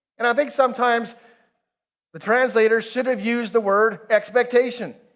and i think sometimes the translator should have used the word expectation